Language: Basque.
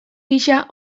gisa